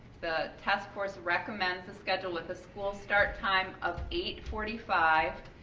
the task force recommends the schedule with the school start time of eight forty five